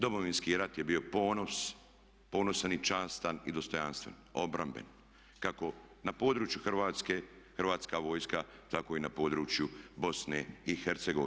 Domovinski rat je bio ponosan i častan i dostojanstven, obrambeni kako na području Hrvatske Hrvatska vojska tako i na području BiH.